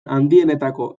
handienetako